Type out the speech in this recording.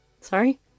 sorry